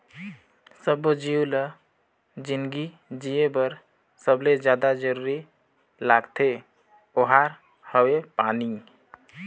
सब्बो जीव ल जिनगी जिए बर सबले जादा जरूरी लागथे ओहार हवे पानी